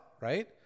right